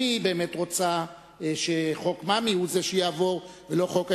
אם היא באמת רוצה שחוק מינהל מקרקעי ישראל הוא שיעבור ולא חוק ההסדרים,